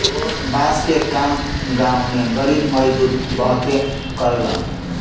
बांस के काम गांव में गरीब मजदूर बहुते करेलन